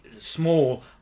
small